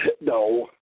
No